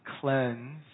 cleanse